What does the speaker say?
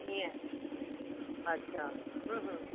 इअं अच्छा